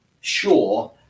sure